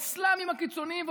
האסלאמיים הקיצוניים,